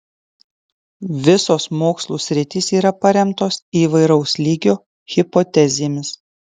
visos mokslų sritys yra paremtos įvairaus lygio hipotezėmis